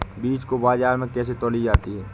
बीज को बाजार में कैसे तौली जाती है?